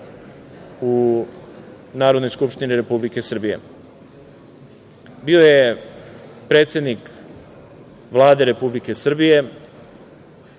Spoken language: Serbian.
u Narodnoj skupštini Republike Srbije. Bio je predsednik Vlade Republike Srbije,